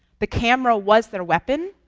the camera was their weapon,